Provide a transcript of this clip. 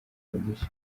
mugisha